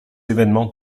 événements